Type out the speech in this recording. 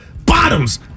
bottoms